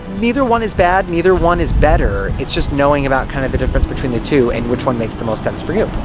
neither one is bad, neither one is better, it's just knowing about kinda the difference between the two and which one makes the most sense for you.